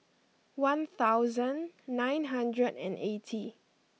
one thousand nine hundred and eighty